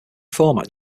format